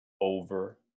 over